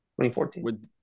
2014